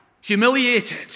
humiliated